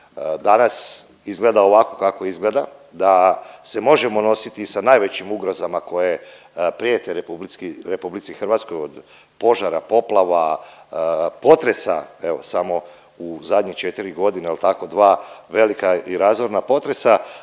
danas izgleda ovako kako izgleda, da se možemo nositi sa najvećim ugrozama koje prijete RH od požara, poplava, potresa, evo samo u zadnje četri godine jel tako, dva velika i razorna potresa,